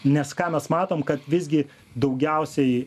nes ką mes matom kad visgi daugiausiai